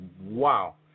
wow